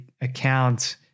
account